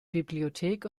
bibliothek